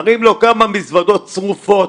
מראים לו כמה מזוודות שרופות.